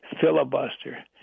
filibuster